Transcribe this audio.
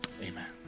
Amen